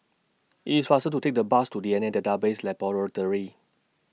IT IS faster to Take The Bus to D N A Database Laboratory